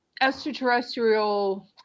extraterrestrial